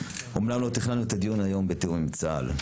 אמנם לא תכננו את הדיון היום בתיאום עם צה"ל,